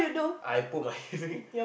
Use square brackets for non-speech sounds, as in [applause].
I put my [laughs] ring